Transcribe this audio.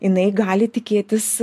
jinai gali tikėtis